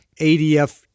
ADF